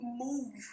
move